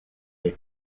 est